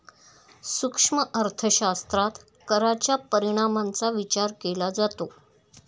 सूक्ष्म अर्थशास्त्रात कराच्या परिणामांचा विचार केला जातो